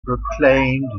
proclaimed